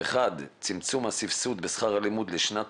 1. צמצום הסבסוד בשכר הלימוד לשנת